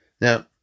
Now